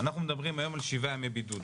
אנחנו מדברים היום על שבעה ימי בידוד,